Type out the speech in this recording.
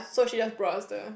so she just brought us there